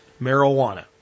marijuana